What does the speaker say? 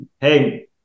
hey